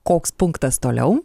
koks punktas toliau